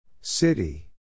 City